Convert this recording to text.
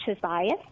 bias